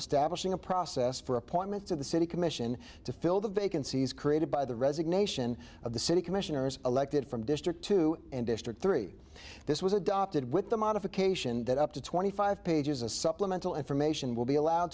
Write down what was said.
establishing a process for appointments of the city commission to fill the vacancies created by the resignation of the city commissioners elected from district to district three this was adopted with the modification that up to twenty five pages a supplemental information will be allowed